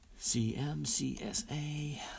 cmcsa